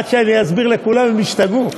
עד שאסביר לכולם הם ישתגעו.